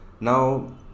Now